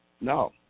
No